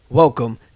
Welcome